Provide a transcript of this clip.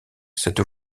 cette